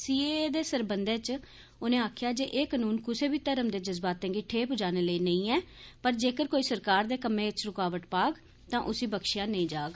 CAA दे सरबंधै च उनें आक्खेआ जे एह् कनून कुसै बी धर्म दे जजबातें गी इेह् पजाने लेई नेई ऐ पर जेकर केईं सरकार दे कम्मै च रूकावट पाग तां उसी बक्षेआ नेईं जाग